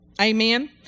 Amen